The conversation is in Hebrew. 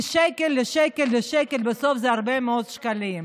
כי שקל ושקל ושקל, זה בסוף הרבה מאוד שקלים.